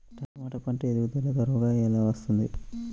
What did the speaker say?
టమాట పంట ఎదుగుదల త్వరగా ఎలా వస్తుంది?